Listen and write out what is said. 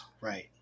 Right